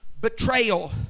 betrayal